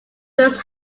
this